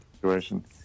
situation